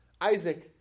Isaac